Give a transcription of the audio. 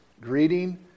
greeting